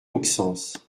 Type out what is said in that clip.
auxances